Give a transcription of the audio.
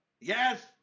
Yes